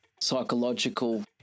Psychological